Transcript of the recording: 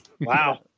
Wow